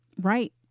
Right